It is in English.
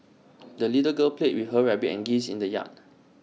the little girl played with her rabbit and geese in the yard